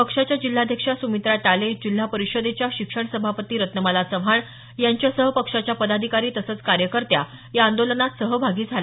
पक्षाच्या जिल्हाध्यक्षा सुमित्रा टाले जिल्हा परिषदेच्या शिक्षण सभापती रत्नमाला चव्हाण यांच्यासह पक्षाच्या पदाधिकारी तसंच कार्यकर्त्या या आंदोलनात सहभागी झाल्या